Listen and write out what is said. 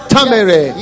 Tamere